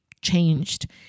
changed